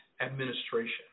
administration